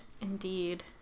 Indeed